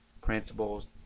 principles